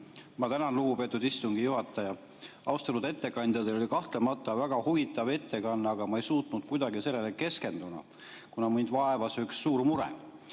Ma tänan, lugupeetud istungi juhataja! Austatud ettekandja! Teil oli kahtlemata väga huvitav ettekanne, aga ma ei suutnud kuidagi sellele keskenduda, kuna mind vaevas üks suur mure.